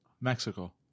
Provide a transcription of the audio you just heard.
Mexico